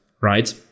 right